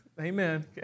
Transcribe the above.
amen